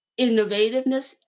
innovativeness